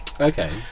Okay